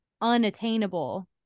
unattainable